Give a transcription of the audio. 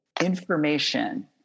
information